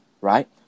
right